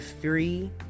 Three